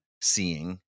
seeing